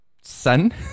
son